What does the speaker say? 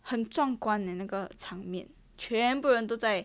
很壮观嘞那个场面全部人都在